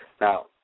Now